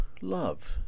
love